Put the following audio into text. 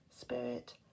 Spirit